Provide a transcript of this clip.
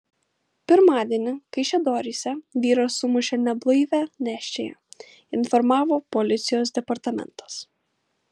pirmadienį kaišiadoryse vyras sumušė neblaivią nėščiąją informavo policijos departamentas